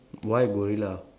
why gorilla